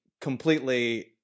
completely